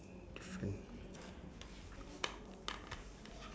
different